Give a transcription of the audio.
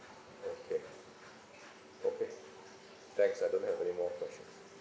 okay okay thanks I don't have anymore question